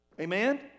amen